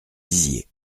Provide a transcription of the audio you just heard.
dizier